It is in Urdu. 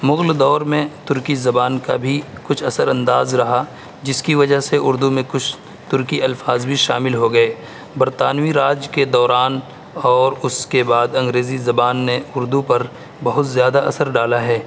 مغل دور میں ترکی زبان کا بھی کچھ اثرانداز رہا جس کی وجہ سے اردو میں کچھ ترکی الفاظ بھی شامل ہو گئے برطانوی راج کے دوران اور اس کے بعد انگریزی زبان نے اردو پر بہت زیادہ اثر ڈالا ہے